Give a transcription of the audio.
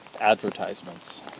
advertisements